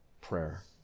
prayer